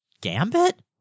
Gambit